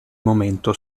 momento